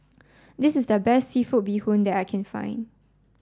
this is the best seafood Bee Hoon that I can find